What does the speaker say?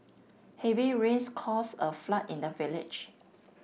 heavy rains caused a flood in the village